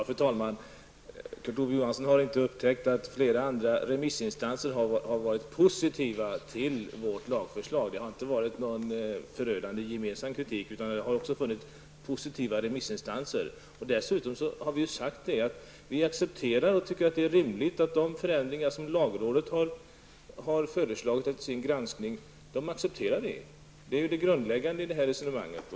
Fru talman! Kurt Ove Johansson har inte upptäckt att flera andra remissinstanser har varit positiva till vårt lagförslag. Det har inte varit någon förödande gemensam kritik. Det har också funnits positiva remissinstanser. Dessutom har vi sagt att vi accepterar och tycker att de förändringar som lagrådet efter sin granskning har föreslagit är rimliga. Det är det grundläggande i detta resonemang.